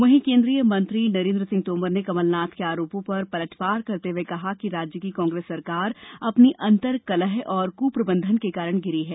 वहीं केन्द्रीय मंत्री नरेन्द्र सिंह तोमर ने कमलनाथ के आरोपों पर पलटवार करते हुए कहा कि राज्य की कांग्रेस सरकार अपनी अंतकलह और कुप्रबंधन के कारण गिरी है